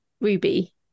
Ruby